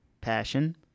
passion